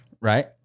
Right